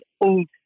old